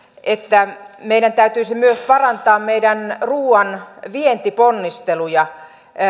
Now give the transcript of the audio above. että meidän täytyisi myös parantaa meidän ruoanvientiponnisteluja